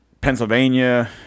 Pennsylvania